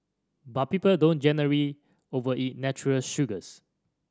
but people don't generally overeat natural sugars